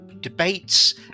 debates